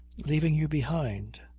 leaving you behind.